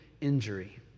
injury